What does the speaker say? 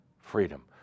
freedom